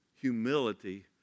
humility